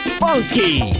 funky